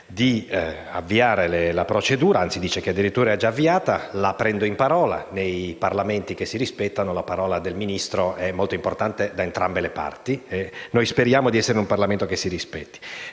di avviare la procedura, anzi dice che è addirittura già avviata, e quindi la prendo in parola. Nei Parlamenti che si rispettano la parola del Ministro è molto importante per entrambe le parti e noi speriamo di essere un Parlamento che si rispetti.